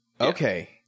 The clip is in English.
okay